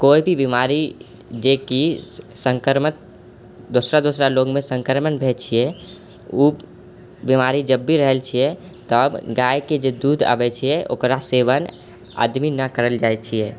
कोइभी बीमारी जेकि संक्रमण दोसरा दोसरा लोगमे संक्रमण भए छिए ओ बीमारी जबभी रहल छिए तब गायके जे दूध आबै छिए ओकरा सेवन आदमी नहि करल जाइ छिए